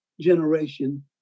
generation